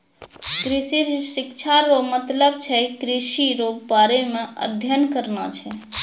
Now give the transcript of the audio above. कृषि शिक्षा रो मतलब छै कृषि रो बारे मे अध्ययन करना छै